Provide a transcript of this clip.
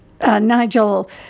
Nigel